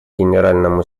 генеральному